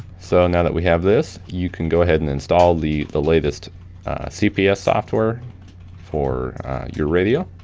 so, now that we have this, you can go ahead and install the the latest cps software for your radio.